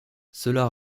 cela